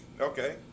Okay